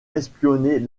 espionner